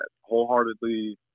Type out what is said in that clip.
wholeheartedly